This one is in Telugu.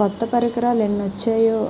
కొత్త పరికరాలెన్నొచ్చేయో